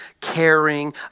caring